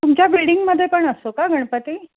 तुमच्या बिल्डिंगमध्ये पण असतो का गणपती